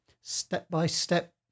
step-by-step